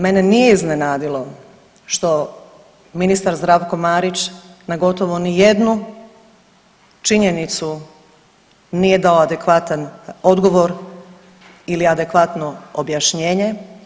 Mene nije iznenadilo što ministar Zdravko Marić na gotovo ni jednu činjenicu nije dao adekvatan odgovor ili adekvatno objašnjenje.